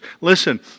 Listen